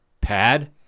Pad